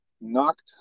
knocked